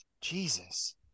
Jesus